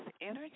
Energy